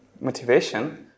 motivation